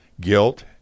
Guilt